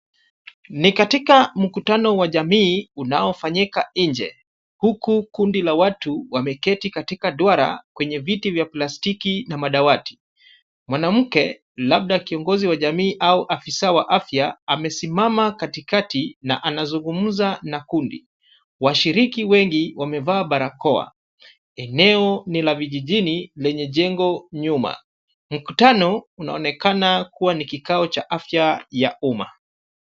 Ni katika mkutano wa jamii, unao fanyika nje. Kundi la watu wameketi katika duara kwenye viti vya plastiki na madawati. Mwanamke labda kiongozi wa jamii au afisa wa afya amesimama katikati na anazungumza na kundi. Washiriki wengi wamevaa barakoa. Eneo ni la vijijini lenye jengo nyuma. Mkutano unaonekana kua ni kikao cha afya ya uma.